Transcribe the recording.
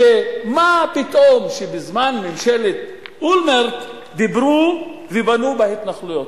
מה פתאום שבזמן ממשלת אולמרט דיברו ובנו בהתנחלויות,